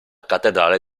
cattedrale